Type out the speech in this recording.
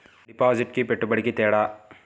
డిపాజిట్కి పెట్టుబడికి తేడా?